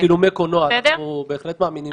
--- לצילומי קולנוע, אנחנו בהחלט מאמינים בזה.